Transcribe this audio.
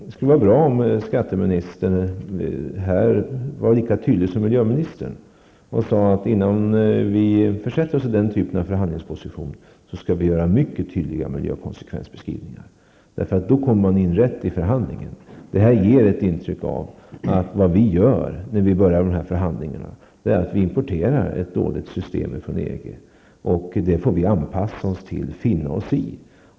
Det skulle vara bra om skatteministern här var lika tydlig som miljöministern och sade att vi innan vi försätter oss i den typen av förhandlingsposition skall göra mycket tydliga miljökonsekvensbeskrivningar, för då kommer man in rätt i förhandlingen. Det som nu har sagts ger ett intryck av att vad vi gör när vi börjar dessa förhandlingar är att vi importerar ett dåligt system från EG -- det får vi finna oss i.